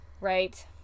right